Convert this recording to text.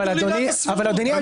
ביטול עילת הסבירות.